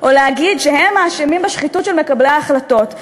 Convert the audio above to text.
או להגיד שהם האשמים בשחיתות של מקבלי ההחלטות.